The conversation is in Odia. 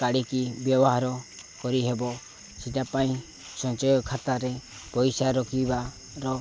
କାଢ଼ିକି ବ୍ୟବହାର କରିହେବ ସେଇଟା ପାଇଁ ସଞ୍ଚୟ ଖାତାରେ ପଇସା ରୋକିବାର